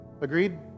Agreed